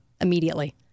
immediately